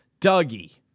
Dougie